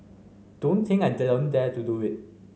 don't think I didn't dare to do it